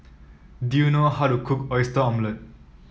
do you know how to cook Oyster Omelette